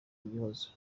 igihozo